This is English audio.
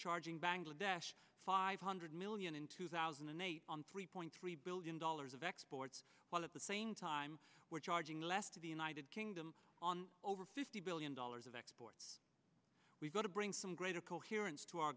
charging bangladesh five hundred million in two thousand and eight on three point three billion dollars of exports while at the same time we're charging less to the united kingdom on over fifty billion dollars of exports we've got to bring some greater coherence to our